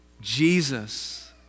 Jesus